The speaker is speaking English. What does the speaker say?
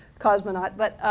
cosmonaut, but